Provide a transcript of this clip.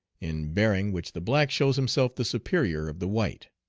in bearing which the black shows himself the superior of the white.